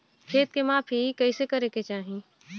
खेत के माफ़ी कईसे करें के चाही?